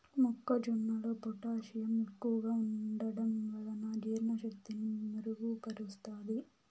మొక్క జొన్నలో పొటాషియం ఎక్కువగా ఉంటడం వలన జీర్ణ శక్తిని మెరుగు పరుస్తాది